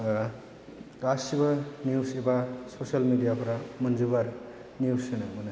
गासैबो निउस एबा ससियेल मिडियाफोरा मोनजोबो आरो निउस होनो मोनो